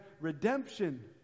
redemption